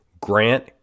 Grant